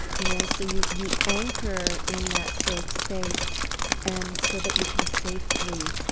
you know so you you anchor in that safe space and so that you can safely,